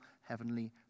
heavenly